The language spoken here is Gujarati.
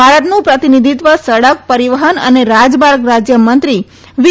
ભારતનું પ્રતિનિધિત્વ સડક પરીવહન અને રાજમાર્ગ રાજય મત્રી વી